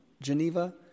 Geneva